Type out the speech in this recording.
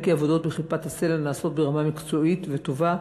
כי העבודות בכיפת-הסלע נעשות ברמה מקצועית וטובה,